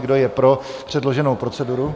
Kdo je pro předloženou proceduru?